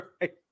right